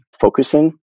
focusing